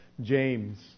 James